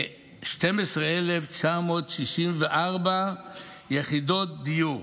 עם כ-12,964 יחידות דיור.